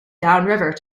downriver